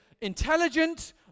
intelligent